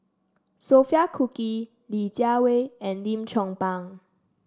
Sophia Cooke Li Jiawei and Lim Chong Pang